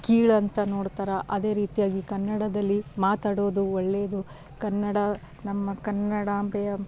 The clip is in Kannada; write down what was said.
ಕೀಳು ಅಂತ ನೋಡ್ತಾರೆ ಅದೇ ರೀತಿಯಾಗಿ ಕನ್ನಡದಲ್ಲಿ ಮಾತಾಡೋದು ಒಳ್ಳೇದು ಕನ್ನಡ ನಮ್ಮ ಕನ್ನಡಾಂಬೆಯ